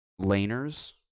laners